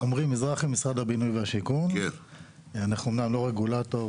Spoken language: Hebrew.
אנחנו אומנם לא רגולטור,